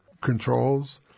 controls